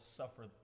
suffer